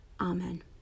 Amen